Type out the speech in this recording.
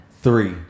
three